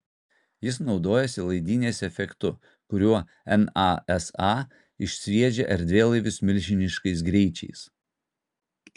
jis naudojasi laidynės efektu kuriuo nasa išsviedžia erdvėlaivius milžiniškais greičiais